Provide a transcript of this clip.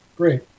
Great